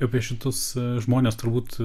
apie šitus žmones turbūt